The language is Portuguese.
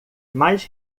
mais